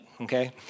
okay